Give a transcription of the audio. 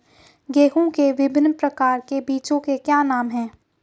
गेहूँ के विभिन्न प्रकार के बीजों के क्या नाम हैं?